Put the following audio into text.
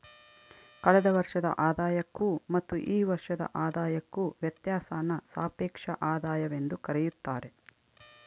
ಕಳೆದ ವರ್ಷದ ಆದಾಯಕ್ಕೂ ಮತ್ತು ಈ ವರ್ಷದ ಆದಾಯಕ್ಕೂ ವ್ಯತ್ಯಾಸಾನ ಸಾಪೇಕ್ಷ ಆದಾಯವೆಂದು ಕರೆಯುತ್ತಾರೆ